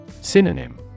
Synonym